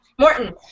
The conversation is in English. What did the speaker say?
Morton